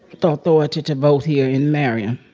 authority to vote here in marion.